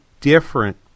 different